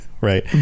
right